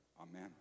Amen